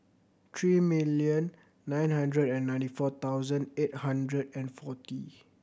three million nine hundred and ninety four thousand eight hundred and forty